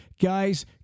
guys